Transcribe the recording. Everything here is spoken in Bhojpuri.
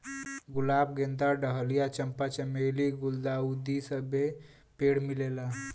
गुलाब गेंदा डहलिया चंपा चमेली गुल्दाउदी सबे पेड़ मिलेला